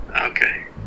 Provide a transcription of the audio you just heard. okay